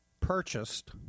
purchased